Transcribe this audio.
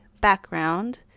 background